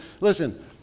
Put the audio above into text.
Listen